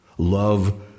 Love